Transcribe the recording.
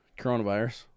coronavirus